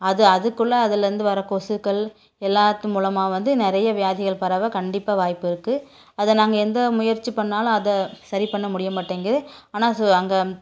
அது அதுக்குள்ள அதுலேருந்து வர கொசுக்கள் எல்லாத்து மூலமாக வந்து நிறைய வியாதிகள் பரவ கண்டிப்பாக வாய்ப்பு இருக்குது அதை நாங்கள் எந்த முயற்சி பண்ணிணாலும் அதை சரி பண்ண முடியமாட்டேங்குது ஆனால் சு அங்கே